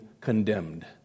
condemned